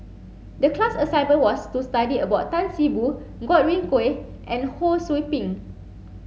the class assignment was to study about Tan See Boo Godwin Koay and Ho Sou Ping